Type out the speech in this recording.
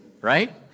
right